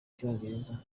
icyongereza